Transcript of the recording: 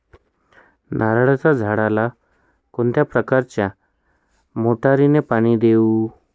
नारळाच्या झाडाला कोणत्या प्रकारच्या मोटारीने पाणी देऊ?